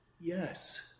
Yes